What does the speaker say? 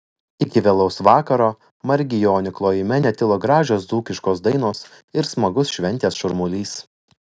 iki vėlaus vakaro margionių klojime netilo gražios dzūkiškos dainos ir smagus šventės šurmulys